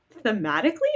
thematically